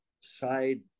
side